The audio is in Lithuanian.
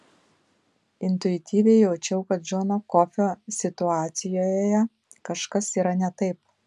intuityviai jaučiau kad džono kofio situacijoje kažkas yra ne taip